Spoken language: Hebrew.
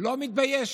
לא מתביישת,